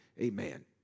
Amen